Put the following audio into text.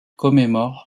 commémore